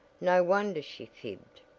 no wonder she fibbed.